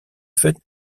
fait